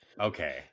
Okay